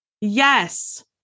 yes